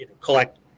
collect